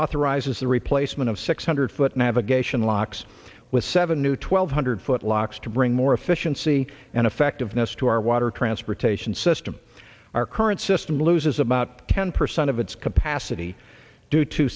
authorizes the replacement of six hundred foot navigation locks with seven new twelve hundred foot locks to bring more efficiency and effectiveness to our water transportation system our current system loses about ten percent of its capacity due to